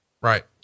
Right